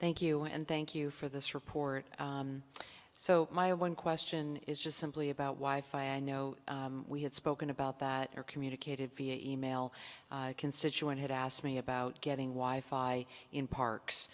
thank you and thank you for this report so my one question is just simply about wife i know we had spoken about that or communicated via e mail constituent had asked me about getting wife i in parks